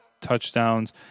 touchdowns